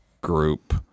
group